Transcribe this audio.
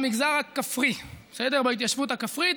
במגזר הכפרי, בהתיישבות הכפרית.